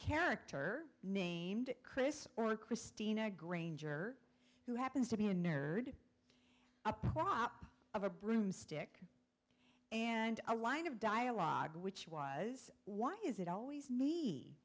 character named chris or a christina granger who happens to be a nerd a pop of a broomstick and a line of dialogue which was why is it always